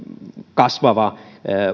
kasvava